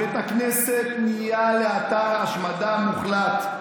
בית הכנסת נהיה לאתר השמדה מוחלט,